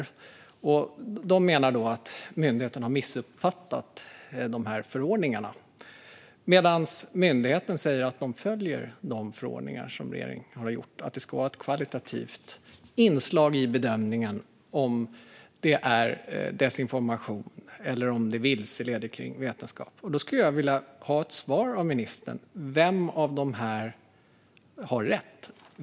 Remissinstanserna menar alltså att myndigheten har missuppfattat förordningarna, medan myndigheten säger att de följer de förordningar som har kommit från regeringen om att det ska vara ett kvalitativt inslag i bedömningen när det gäller om det är desinformation eller vilseleder kring vetenskap. Jag skulle vilja ha ett svar från ministern: Vem av dessa har rätt?